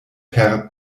per